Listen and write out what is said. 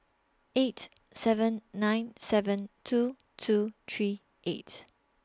eight seven nine seven two two three eight